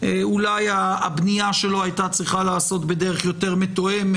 אולי הבנייה שלו הייתה צריכה להיעשות בדרך יותר מתואמת,